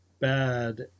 bad